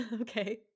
Okay